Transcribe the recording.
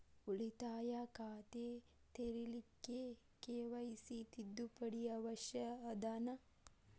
ಉಳಿತಾಯ ಖಾತೆ ತೆರಿಲಿಕ್ಕೆ ಕೆ.ವೈ.ಸಿ ತಿದ್ದುಪಡಿ ಅವಶ್ಯ ಅದನಾ?